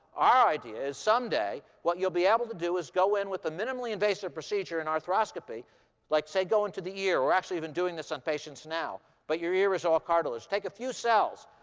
our idea is someday what you'll be able to do is go in with a minimally invasive procedure and arthroscopy like, say, go into the ear or actually, we've been doing this on patients now. but your ear is all cartilage. take a few cells.